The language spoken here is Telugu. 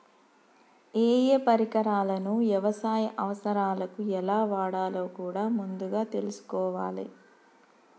ఏయే పరికరాలను యవసాయ అవసరాలకు ఎలా వాడాలో కూడా ముందుగా తెల్సుకోవాలే